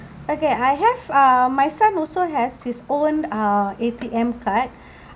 okay I have uh my son also has his own uh A_T_M card